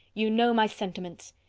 you know my sentiments.